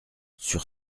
sur